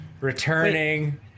returning